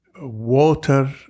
Water